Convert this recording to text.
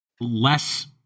less